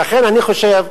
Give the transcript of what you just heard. ולכן אני חושב,